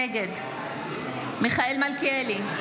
נגד מיכאל מלכיאלי,